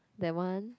that one